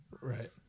Right